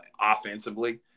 offensively